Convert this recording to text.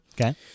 Okay